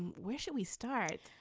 and where should we start.